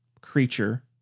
creature